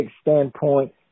standpoint